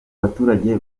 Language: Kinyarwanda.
baturage